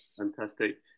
Fantastic